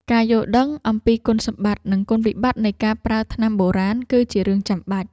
ការយល់ដឹងអំពីគុណសម្បត្តិ និងគុណវិបត្តិនៃការប្រើថ្នាំបុរាណ គឺជារឿងចាំបាច់។